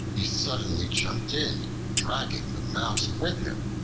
he suddenly jumped in, dragging the mouse with him.